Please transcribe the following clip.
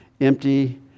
empty